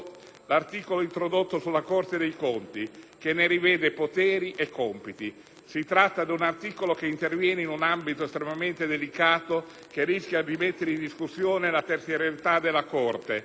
l'articolo introdotto sulla Corte dei conti, che ne rivede poteri e compiti, intervenendo in un ambito estremamente delicato, che rischia di mettere in discussione la terzietà della Corte.